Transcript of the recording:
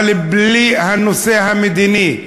אבל בלי הנושא המדיני,